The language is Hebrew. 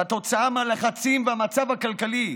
כתוצאה מהלחצים במצב הכלכלי.